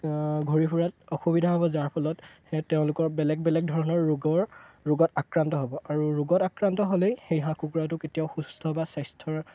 ঘূৰি ফুৰাত অসুবিধা হ'ব যাৰ ফলত তেওঁলোকৰ বেলেগ বেলেগ ধৰণৰ ৰোগৰ ৰোগত আক্ৰান্ত হ'ব আৰু ৰোগত আক্ৰান্ত হ'লেই সেই হাঁহ কুকুৰাটো কেতিয়াও সুস্থ বা স্বাস্থ্যৰ